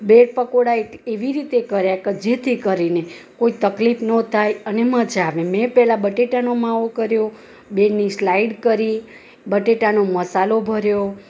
bread pakora એવી રીતે કર્યા કે જેથી કરીને કોઈ તકલીફ ન થાય અને મજા આવે મેં પહેલાં બટેટાનો માવો કર્યો બેની સ્લાઈડ કરી બટેટાનો મસાલો ભર્યો